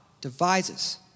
devises